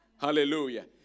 Hallelujah